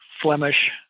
Flemish